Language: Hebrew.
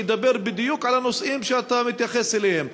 שידבר בדיוק על הנושאים שאתה מתייחס אליהם: